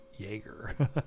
Jaeger